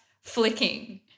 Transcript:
flicking